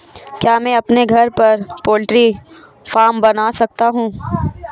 क्या मैं अपने घर पर पोल्ट्री फार्म बना सकता हूँ?